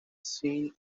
seen